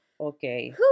Okay